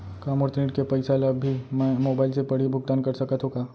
का मोर ऋण के पइसा ल भी मैं मोबाइल से पड़ही भुगतान कर सकत हो का?